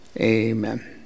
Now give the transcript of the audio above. Amen